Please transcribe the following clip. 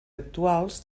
actuals